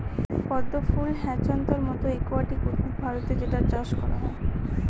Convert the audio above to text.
পদ্ম ফুল হ্যাছান্থর মতো একুয়াটিক উদ্ভিদ ভারতে যেটার চাষ করা হয়